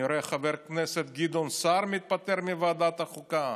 אני רואה שחבר הכנסת גדעון סער מתפטר מוועדת החוקה,